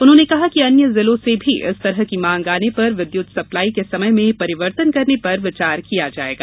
उन्होंने कहा कि अन्य जिलों से भी इस तरह की मांग आने पर विद्युत सप्लाई के समय में परिवर्तन करने पर विचार किया जायेगा